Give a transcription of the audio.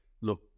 look